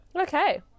Okay